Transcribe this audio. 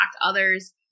others